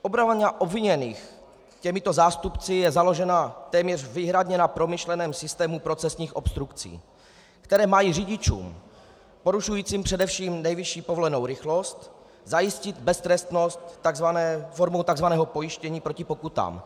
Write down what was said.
Obrana obviněných těmito zástupci je založena téměř výhradně na promyšleném systému procesních obstrukcí, které mají řidičům porušujícím především nejvyšší povolenou rychlost zajistit beztrestnost formou tzv. pojištění proti pokutám.